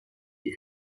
die